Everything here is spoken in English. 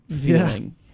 feeling